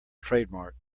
trademark